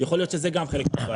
יכול להיות שזה גם חלק מהבעיה.